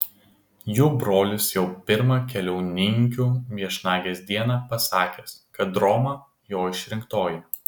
jų brolis jau pirmą keliauninkių viešnagės dieną pasakęs kad roma jo išrinktoji